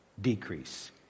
decrease